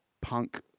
punk